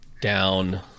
down